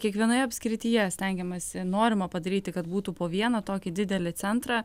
kiekvienoje apskrityje stengiamasi norima padaryti kad būtų po vieną tokį didelį centrą